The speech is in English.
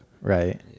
Right